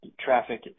traffic